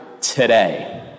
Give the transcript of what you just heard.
today